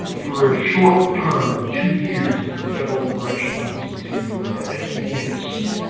for a short-term two years in the federal correctional institute at phoenix,